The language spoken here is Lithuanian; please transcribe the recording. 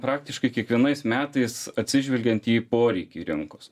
praktiškai kiekvienais metais atsižvelgiant į poreikį rinkos